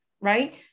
right